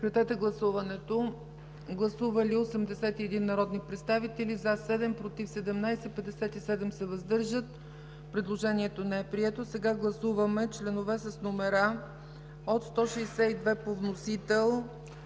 4 по вносител. Гласували 81 народни представители: за 7, против 17, въздържали се 57. Предложението не е прието. Сега гласуваме членове с номера от 162 по вносител